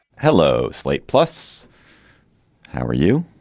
hello slate plus how are you.